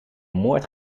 moord